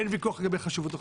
אין ויכוח לגבי חשיבות החוק.